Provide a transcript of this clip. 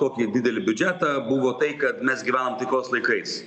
tokį didelį biudžetą buvo tai kad mes gyvenam taikos laikais